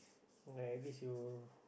ah at least you